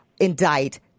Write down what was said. indict